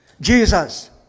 Jesus